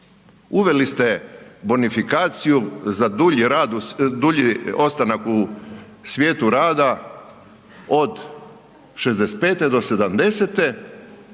uveli ste bonifikaciju za dulji ostanak u svijetu rada od 65 do 70-te